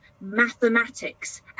mathematics